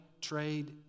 trade